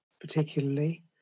particularly